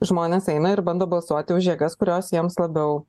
žmonės eina ir bando balsuoti už jėgas kurios jiems labiau